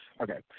Okay